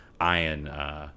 iron